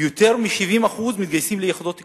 ויותר מ-70% מתגייסים ליחידות קרביות.